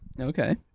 Okay